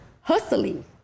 hustling